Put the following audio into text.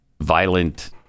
violent